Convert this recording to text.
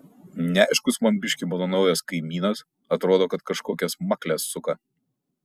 neaiškus man biškį mano naujas kaimynas atrodo kad kažkokias makles suka